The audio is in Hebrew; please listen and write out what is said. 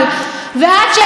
ועד שאיזה בחור,